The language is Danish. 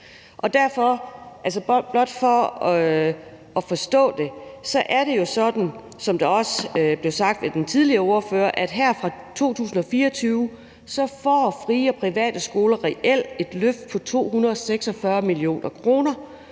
ordfører – at her fra 2024 får frie og private skoler reelt et løft på 246 mio. kr.